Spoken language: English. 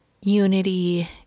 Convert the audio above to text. unity